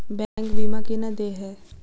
Bank बीमा केना देय है?